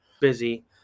Busy